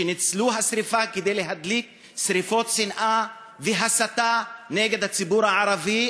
שניצלו את השרפה כדי להדליק שרפות שנאה והסתה נגד הציבור הערבי,